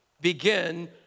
begin